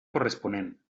corresponent